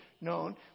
known